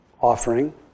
offering